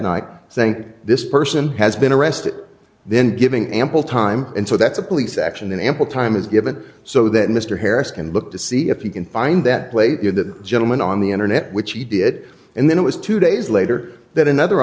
think this person has been arrested then giving ample time and so that's a police action in ample time is given so that mr harris can look to see if you can find that plate you're the gentleman on the internet which he did and then it was two days later that another